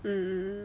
mm mm mm